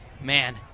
Man